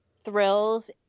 thrills